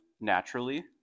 naturally